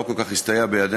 ולא כל כך הסתייע בידנו,